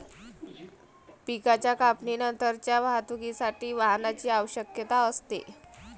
पिकाच्या कापणीनंतरच्या वाहतुकीसाठी वाहनाची आवश्यकता असते